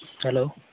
hello